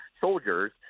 soldiers